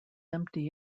empty